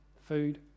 food